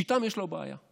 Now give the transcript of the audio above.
ואיתם יש לו בעיה.